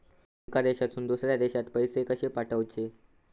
एका देशातून दुसऱ्या देशात पैसे कशे पाठवचे?